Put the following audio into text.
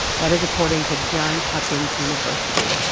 that is according to johns hopkins university.